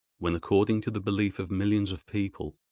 when, according to the belief of millions of people,